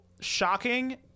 shocking